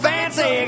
Fancy